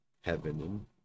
heaven